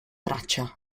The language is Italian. traccia